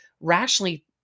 rationally